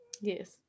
yes